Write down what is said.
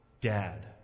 dad